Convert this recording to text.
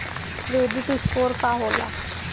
Credit score का होला?